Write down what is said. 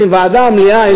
רוצים ועדה, או מליאה?